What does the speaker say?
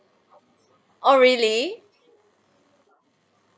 oh really